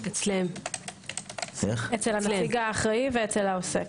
אצל הנציג האחראי ואצל העוסק.